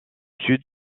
sud